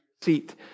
seat